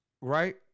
right